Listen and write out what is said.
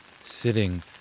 sitting